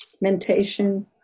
mentation